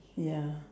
ya